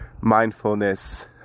mindfulness